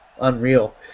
unreal